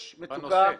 יש מצוקה תקציבית.